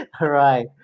Right